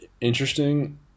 interesting